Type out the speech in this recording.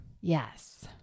Yes